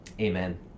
Amen